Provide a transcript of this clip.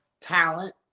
talent